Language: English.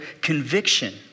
conviction